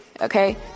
okay